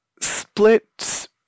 split